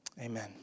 Amen